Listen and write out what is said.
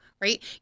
right